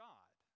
God